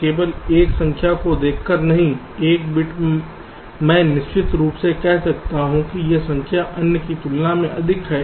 केवल एक संख्या को देखकर नहीं एक बिट मैं निश्चित रूप से कह सकता हूं कि यह संख्या अन्य की तुलना में अधिक है